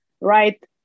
right